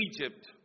Egypt